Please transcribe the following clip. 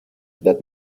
that